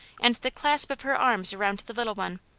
and the clasp of her arms around the little one.